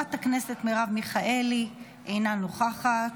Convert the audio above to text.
חברת הכנסת מרב מיכאלי, אינה נוכחת,